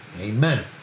amen